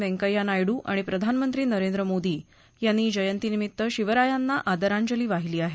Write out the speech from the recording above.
व्यंकय्या नायडू आणि प्रधानमंत्री नरेंद्र मोदी यांनी जयंतीनिमित्त शिवरायांना आदरांजली वाहिली आहे